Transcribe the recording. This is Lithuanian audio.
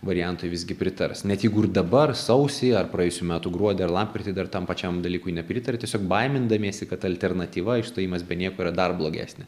variantui visgi pritars ne jeigu ir dabar sausį ar praėjusių metų gruodį ar lapkritį dar tam pačiam dalykui nepritarė tiesiog baimindamiesi kad alternatyva išstojimas be nieko yra dar blogesnė